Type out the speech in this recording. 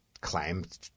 climbed